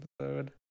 episode